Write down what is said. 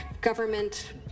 government